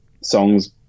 songs